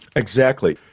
exactly.